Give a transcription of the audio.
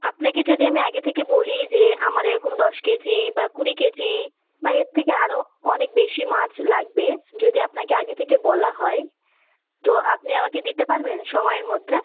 আপনাকে যদি আমি আগে থেকে বলি যে আমার এরকম দশ কেজি বা কুড়ি কেজি বা এর থেকে আরও অনেক বেশি মাছ লাগবে যদি আপনাকে আগে থেকে বলা হয় তো আপনি আমাকে দিতে পারবেন সময়ের মধ্যে